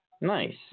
Nice